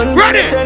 ready